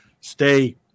stay